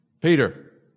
Peter